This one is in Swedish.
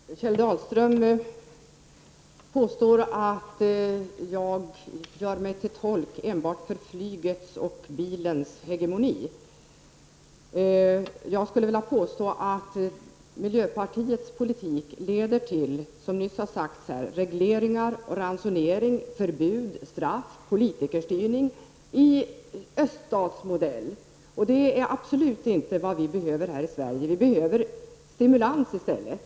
Herr talman! Kjell Dahlström påstår att jag gör mig till tolk enbart för flygets och bilens hegemoni. Jag skulle vilja påstå att miljöpartiets politik leder till, som nyss har sagts, regleringar och ransonering, förbud, straff, och politikerstyrning enligt öststatsmodell. Det är absolut inte vad vi behöver här i Sverige. Vi behöver stimulans i stället.